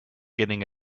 getting